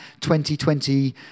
2020